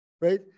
right